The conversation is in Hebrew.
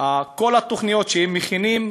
את כל התוכניות שהם מכינים